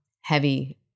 heavy